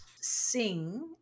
sing